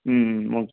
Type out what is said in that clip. ம் hmm okay